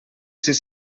sis